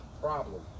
problem